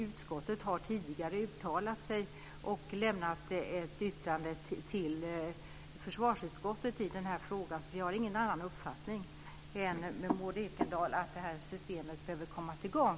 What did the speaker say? Utskottet har tidigare uttalat sig och lämnat ett yttrande till försvarsutskottet om TETRA-systemet. Jag har ingen annan uppfattning än Maud Ekendahl, att det systemet behöver komma i gång.